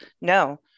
no